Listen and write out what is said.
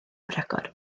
rhagor